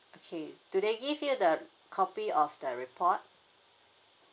okay do they give you the copy of the report